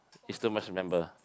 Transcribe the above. is too much remember